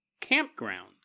campground